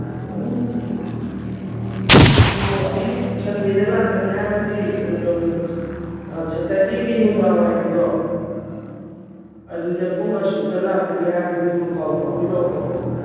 ꯑꯗꯨꯗꯤ ꯍꯣꯏ ꯍꯣꯏ ꯑꯌꯨꯛ ꯁꯟꯗꯦꯗ ꯂꯥꯛꯀꯅꯤ ꯍꯥꯏꯕꯒꯤ ꯁꯦꯇꯔꯗꯦꯒꯤ ꯅꯨꯡꯗꯥꯡꯗꯣ ꯑꯗꯨꯗ ꯄꯨꯡ ꯑꯁꯨꯛꯇ ꯂꯥꯛꯀꯅꯤ ꯍꯥꯏꯕꯗꯨꯃ ꯄꯥꯎ ꯐꯥꯎꯕꯤꯔꯛꯑꯣꯀꯣ